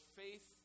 faith